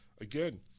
again